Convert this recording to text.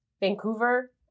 Vancouver